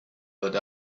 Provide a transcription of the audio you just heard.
but